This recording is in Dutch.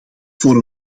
voor